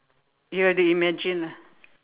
you have to imagine lah